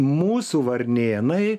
mūsų varnėnai